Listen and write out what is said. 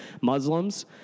Muslims